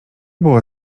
było